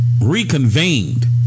Reconvened